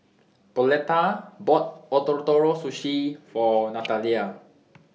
Pauletta bought Ootoro Sushi For Nathalia